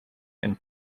and